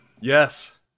Yes